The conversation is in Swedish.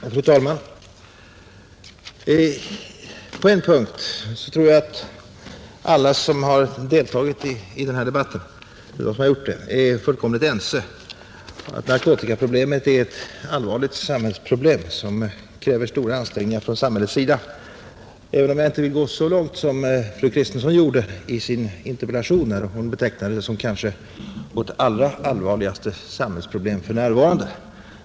Fru talman! På en punkt tror jag att alla som har deltagit i denna debatt är fullkomligt eniga: Narkotikaproblemet är ett allvarligt samhällsproblem som kräver stora ansträngningar från samhället. Men jag vill nog inte gå så långt som fru Kristensson gör i sin interpellation, där hon betecknar det som vårt kanske allra allvarligaste samhällsproblem för närvarande.